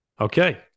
Okay